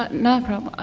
no problem.